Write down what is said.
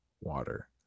water